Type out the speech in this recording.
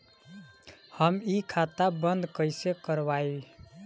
हम इ खाता बंद कइसे करवाई?